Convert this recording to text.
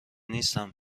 نیستم